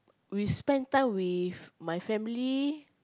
we spend time with my family